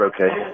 okay